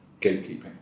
gatekeeping